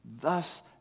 thus